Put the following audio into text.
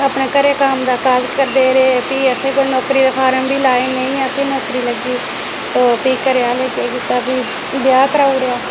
अपने घरै दे कम्म काज करदे रेह् फ्ही असें नौकरी दे फार्म बी लाए नेईं असेंगी नौकरी लग्गी तो फ्ही घरे आहलें केह् कीता फ्ही ब्याह कराई ओड़ेआ